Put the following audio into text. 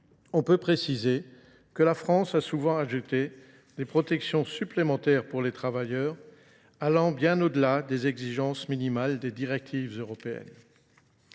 On peut préciser que la France a souvent ajouté des protections supplémentaires pour les travailleurs, allant bien au-delà des exigences minimales des directives européennes.